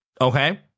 Okay